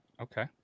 Okay